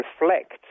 reflect